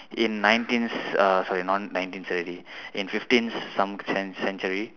in nineteens uh sorry not nineteens seventy in fifteens some cen~ century